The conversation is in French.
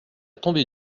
tombée